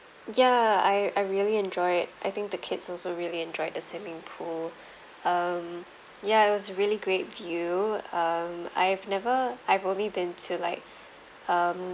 ya I I really enjoyed it I think the kids also really enjoyed the swimming pool um ya it was really great view um I've never I've only been to like um